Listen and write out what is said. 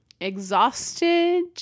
exhausted